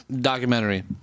documentary